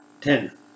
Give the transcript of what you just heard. Ten